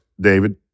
David